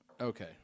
Okay